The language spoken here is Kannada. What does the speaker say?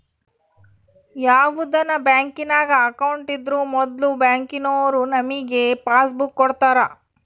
ಯಾವುದನ ಬ್ಯಾಂಕಿನಾಗ ಅಕೌಂಟ್ ಇದ್ರೂ ಮೊದ್ಲು ಬ್ಯಾಂಕಿನೋರು ನಮಿಗೆ ಪಾಸ್ಬುಕ್ ಕೊಡ್ತಾರ